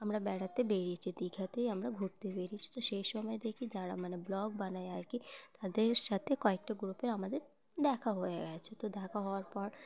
আমরা বেড়াতে বেরিয়েছি দীঘাতেই আমরা ঘুরতে বেরিয়েছি তো সেই সময় দেখি যারা মানে ব্লগ বানায় আর কি তাদের সাথে কয়েকটা গ্রুপে আমাদের দেখা হয়ে গেছে তো দেখা হওয়ার পর